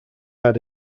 had